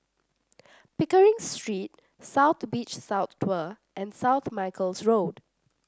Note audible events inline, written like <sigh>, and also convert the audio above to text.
Pickering Street South Beach South <unintelligible> and South Michael's Road